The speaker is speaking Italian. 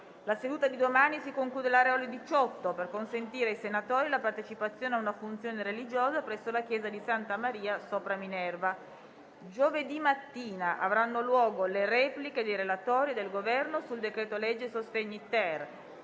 La seduta di domani si concluderà alle ore 18 per consentire ai senatori la partecipazione a una funzione religiosa presso la chiesa di Santa Maria sopra Minerva. Giovedì mattina avranno luogo le repliche dei relatori e del Governo sul decreto-legge sostegni-*ter*.